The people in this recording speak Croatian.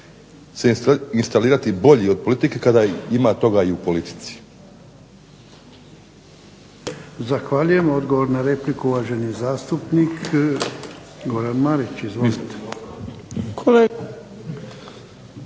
se instalirati bolji od politike kada ima toga i u politici.